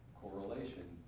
correlation